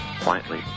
quietly